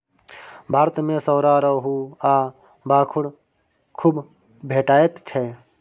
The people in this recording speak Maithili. भारत मे सौरा, रोहू आ भाखुड़ खुब भेटैत छै